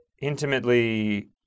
intimately